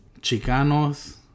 Chicanos